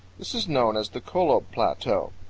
this is known as the colob plateau.